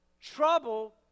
trouble